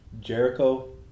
Jericho